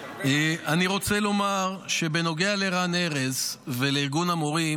אני רוצה לומר שבנוגע לרן ארז ולארגון המורים,